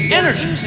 energy